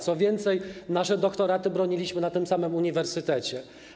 Co więcej, nasze doktoraty broniliśmy na tym samym uniwersytecie.